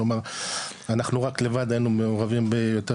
כלומר אנחנו רק לבד היינו מעורבים ביותר